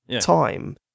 time